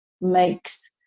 makes